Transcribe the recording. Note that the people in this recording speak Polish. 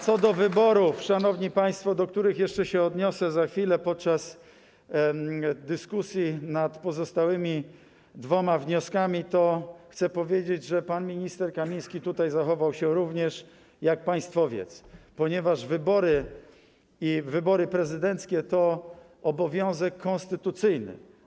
Co do wyborów, szanowni państwo, do których jeszcze się odniosę za chwilę podczas dyskusji nad pozostałymi dwoma wnioskami, chcę powiedzieć, że pan minister Kamiński zachował się również jak państwowiec, ponieważ wybory i wybory prezydenckie to jest obowiązek konstytucyjny.